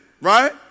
right